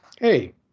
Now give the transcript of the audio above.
hey